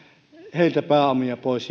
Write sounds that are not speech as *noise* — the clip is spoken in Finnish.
heiltä pois *unintelligible*